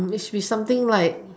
it should be something like